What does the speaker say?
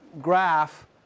graph